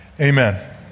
Amen